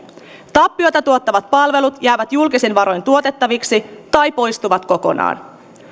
tappiota tuottavat palvelut jäävät julkisin varoin tuotettaviksi tai poistuvat kokonaan